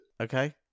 Okay